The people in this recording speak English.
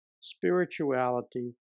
spirituality